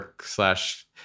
slash